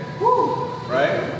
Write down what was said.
Right